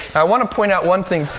i want to point out one thing.